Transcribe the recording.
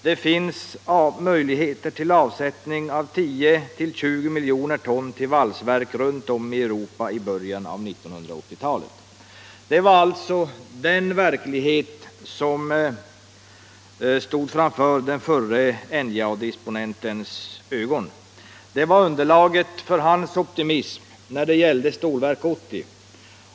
—-- Det finns möjligheter till avsättning av 10-20 milj. ton till valsverk runt omkring i Europa i början av 80-talet.” Det var alltså den verklighet som stod framför den förre NJA-disponentens ögon. Det var underlaget för hans optimism när det gällde Stålverk 80.